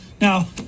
Now